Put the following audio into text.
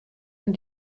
man